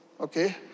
okay